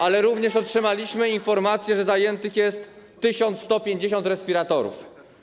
Ale również otrzymaliśmy informację, że zajętych jest 1150 respiratorów.